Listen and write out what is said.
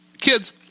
kids